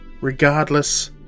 Regardless